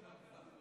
של חבר הכנסת